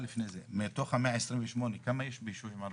מתוך 128 התחנות, כמה יש ביישובים הערביים?